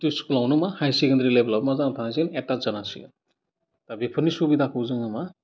सोब स्कुलयावनो मा हाइ सेकेण्डारि लेभेलाबो मा जाना थानांसिगोन एटास जानांसिगोन दा बेफोरनि सुबिदाखौ जोङो मा